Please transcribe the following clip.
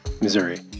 Missouri